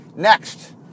Next